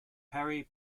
harry